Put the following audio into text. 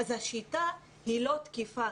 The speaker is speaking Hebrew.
השיטה היא לא תקפה,